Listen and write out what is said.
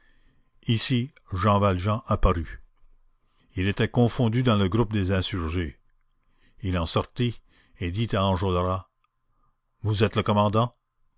ici jean valjean apparut il était confondu dans le groupe des insurgés il en sortit et dit à enjolras vous êtes le commandant